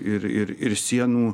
ir ir ir sienų